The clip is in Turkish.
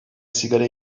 sigara